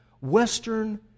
Western